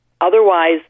otherwise